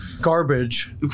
garbage